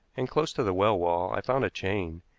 and close to the well wall, i found a chain.